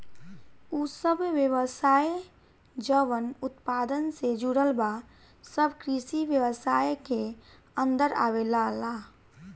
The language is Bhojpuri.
उ सब व्यवसाय जवन उत्पादन से जुड़ल बा सब कृषि व्यवसाय के अन्दर आवेलला